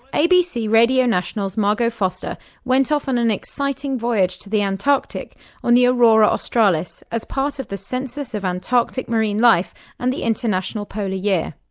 abc radio national's margot foster went off on an exciting voyage to the antarctic on the aurora australis, as part of the census of antarctic marine life and the international polar year.